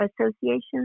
associations